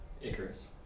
Icarus